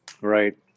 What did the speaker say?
right